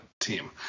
team